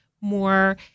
more